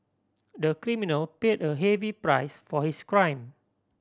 the criminal paid a heavy price for his crime